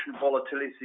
volatility